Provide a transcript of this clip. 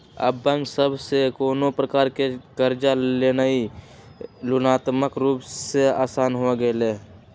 अब बैंक सभ से कोनो प्रकार कें कर्जा लेनाइ तुलनात्मक रूप से असान हो गेलइ